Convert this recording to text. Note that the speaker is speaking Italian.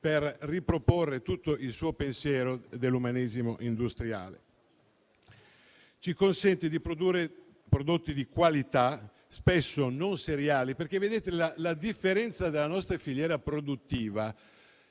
per riproporre tutto il suo pensiero dell'umanesimo industriale. Il *made in Italy* ci consente di produrre prodotti di qualità, spesso non seriali, perché la differenza della nostra filiera produttiva